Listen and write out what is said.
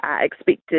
expected